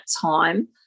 time